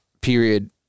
period